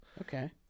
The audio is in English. Okay